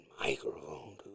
microphone